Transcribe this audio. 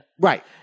right